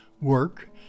work